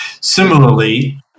similarly